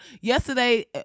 yesterday